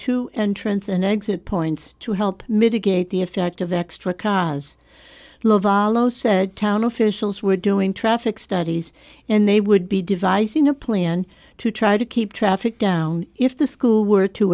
two entrance and exit points to help mitigate the effect of extra cars lavalas said town officials were doing traffic studies and they would be devise you know plan to try to keep traffic down if the school were to